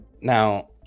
Now